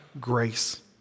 grace